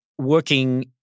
working